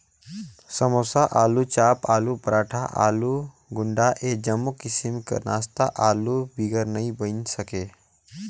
समोसा, आलूचाप, आलू पराठा, आलू गुंडा ए जम्मो किसिम कर नास्ता आलू बिगर नी बइन सके